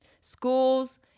Schools